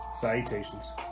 Salutations